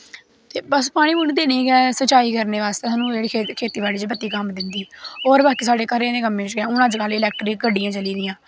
बस पानी पूनी देने गी संचाई करने बास्तै बत्ती सानूं कम्म दिंदी होर बाकी साढ़े घरे दे कम्मैं च गै हून अजकल्ल इलैकट्रिक गड्डियां चली जि'यां